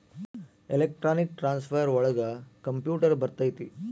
electronic transfer ಒಳಗ computer ಬರತೈತಿ